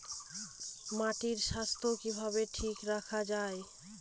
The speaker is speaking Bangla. মাটির স্বাস্থ্য কিভাবে ঠিক রাখা যায়?